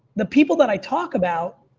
the people that i talk about,